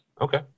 Okay